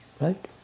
Right